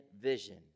vision